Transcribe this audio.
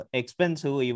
expensive